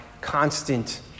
constant